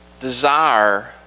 desire